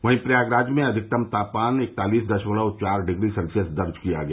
वहीं प्रयागराज में अधिकतम तापमान इकतालीस दशमलव चार डिग्री सेल्सियस दर्ज किया गया